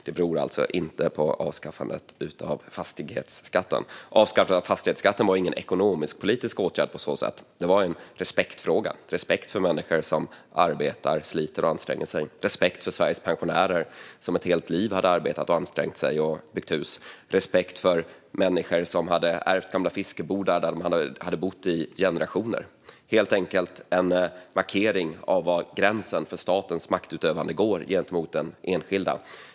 Det beror alltså inte på avskaffandet av fastighetsskatten. Avskaffandet av fastighetsskatten var ingen ekonomisk-politisk åtgärd på så sätt. Det var en respektfråga som handlade om respekt för människor som arbetar, sliter och anstränger sig, respekt för Sveriges pensionärer som ett helt liv har arbetat, ansträngt sig och byggt hus och respekt för människor som har ärvt gamla fiskebodar där man har bott i generationer. Det var helt enkelt en markering av var gränsen för statens maktutövande går gentemot den enskilda.